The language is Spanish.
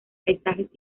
paisajes